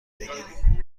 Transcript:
بگیری